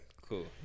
Cool